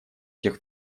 этих